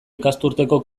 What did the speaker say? ikasturteko